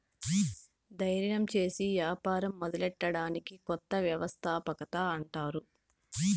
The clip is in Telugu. దయిర్యం సేసి యాపారం మొదలెట్టడాన్ని కొత్త వ్యవస్థాపకత అంటారు